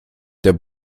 der